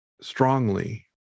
strongly